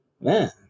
man